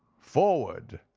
forward!